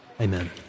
Amen